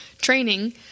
training